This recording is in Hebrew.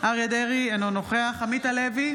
אריה מכלוף דרעי, אינו נוכח עמית הלוי,